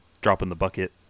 drop-in-the-bucket